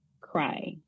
Cry